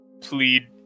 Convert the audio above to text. plead